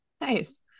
Nice